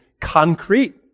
concrete